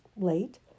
Late